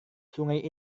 sungai